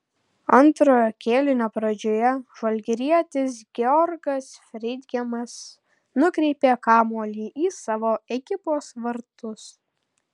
antrojo kėlinio pradžioje žalgirietis georgas freidgeimas nukreipė kamuolį į savo ekipos vartus